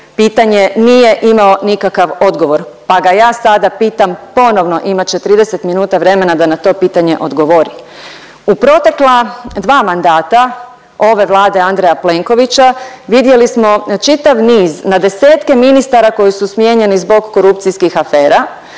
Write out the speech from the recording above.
pitanje nije imao nikakav odgovor pa ga ja sada pitam ponovno, imat će 30 minuta vremena da na to pitanje odgovori. U protekla dva mandata ove Vlade Andreja Plenkovića vidjeli smo čitav niz na desetke ministara koji su smijenjeni zbog korupcijskih afera.